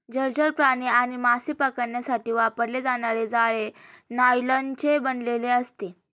जलचर प्राणी आणि मासे पकडण्यासाठी वापरले जाणारे जाळे नायलॉनचे बनलेले असते